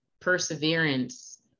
perseverance